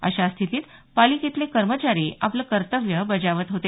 अशा स्थितीत पालिकेतले कर्मचारी आपलं कर्तव्य बजावत होते